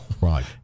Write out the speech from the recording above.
right